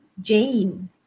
Jane